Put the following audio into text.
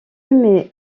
mes